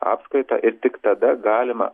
apskaitą ir tik tada galima